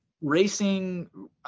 racing